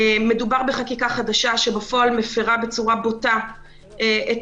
מדובר בחקיקה חדשה שבפועל מפרה בצורה בוטה את